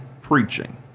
preaching